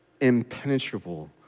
impenetrable